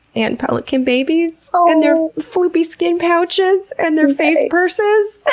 and pelican babies, ah and their floopy skin pouches, and their face purses!